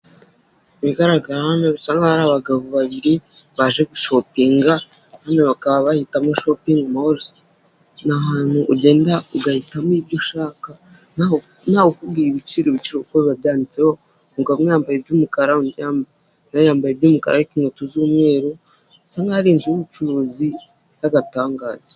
Ibigaragara hano bisa nk'aho hari abagabo babiri baje gushopinga kandi bakaba bahitamo shoping moruze ni ahantu ugenda ugahitamo ibyo ushaka ntawu kubwira ibiciro , ibiciro kuko biba babyanditseho , umugabo umwe yambaye iby'umukara umu mama yari yambaye iby'umukara ,inkweto z'umweru bisa nk'aho ari inzu y'ubucuruzi bw'agatangaza.